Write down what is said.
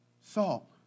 salt